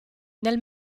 nel